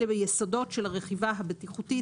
אלה יסודות הרכיבה הבטיחותית.